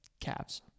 Cavs